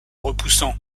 repoussant